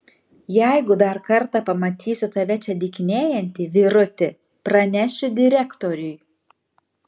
jeigu dar kartą pamatysiu tave čia dykinėjantį vyruti pranešiu direktoriui